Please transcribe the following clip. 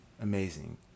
amazing